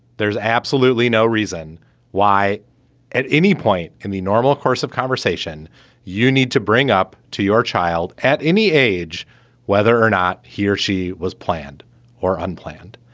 there's absolutely no reason why at any point in the normal course of conversation you need to bring up to your child at any age whether or not he or she was planned or unplanned.